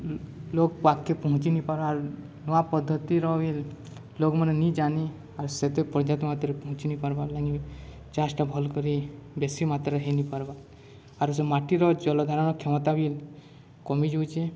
ଲୋକ ପାଖକେ ପହଞ୍ଚିିନି ପାର୍ବା ଆର୍ ନୂଆ ପଦ୍ଧତିର ବି ଲୋକମାନେ ନି ଜାନି ଆର୍ ସେତେ ପର୍ଯ୍ୟାପ୍ତ ମାତ୍ରାରେ ପହଞ୍ଚିିନି ପାର୍ବାର୍ ଲାଗି ଚାଷଟା ଭଲ୍ କରି ବେଶୀ ମାତ୍ରାରେ ହେଇନି ପାର୍ବା ଆରୁ ସେ ମାଟିର ଜଳଧାରଣର କ୍ଷମତା ବି କମିଯାଉଛେ